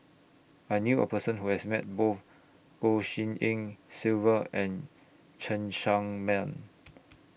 I knew A Person Who has Met Both Goh Tshin En Sylvia and Cheng Tsang Man